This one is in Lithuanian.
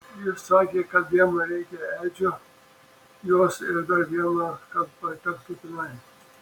jis sakė kad jam reikia edžio jos ir dar vieno kad patektų tenai